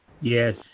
Yes